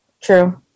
true